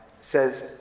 says